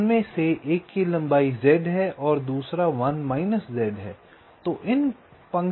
तो उनमें से एक की लंबाई z है और दूसरा 1 z है